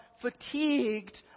fatigued